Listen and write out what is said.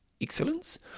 Excellence